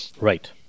Right